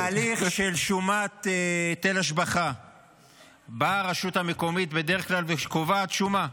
בהליך של שומת היטל השבחה באה הרשות המקומית ובדרך כלל קובעת שומה.